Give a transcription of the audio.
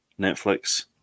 Netflix